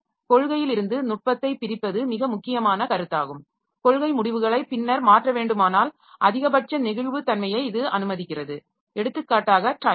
காெள்கையிலிருந்து நுட்பத்தை பிரிப்பது மிக முக்கியமான கருத்தாகும் காெள்கை முடிவுகளை பின்னர் மாற்ற வேண்டுமானால் அதிகபட்ச நெகிழ்வுத்தன்மையை இது அனுமதிக்கிறது எடுத்துக்காட்டாக டைமர்